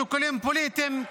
משיקולים פוליטיים,